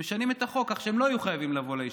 משנים את החוק כך שהם לא יהיו חייבים לבוא לישיבות,